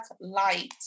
light